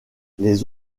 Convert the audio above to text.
les